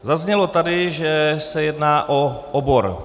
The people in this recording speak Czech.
Zaznělo tady, že se jedná o obor.